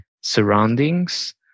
surroundings